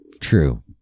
True